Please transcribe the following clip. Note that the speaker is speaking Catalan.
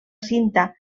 cinta